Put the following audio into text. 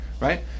Right